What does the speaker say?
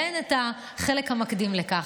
ואין את החלק המקדים לכך.